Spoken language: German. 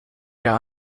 der